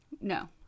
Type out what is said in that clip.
No